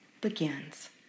begins